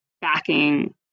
backing